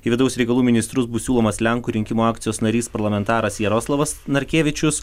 į vidaus reikalų ministrus bus siūlomas lenkų rinkimų akcijos narys parlamentaras jaroslavas narkevičius